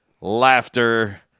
laughter